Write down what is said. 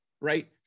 Right